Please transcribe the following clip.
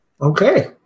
Okay